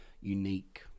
Unique